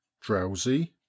drowsy